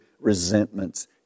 resentments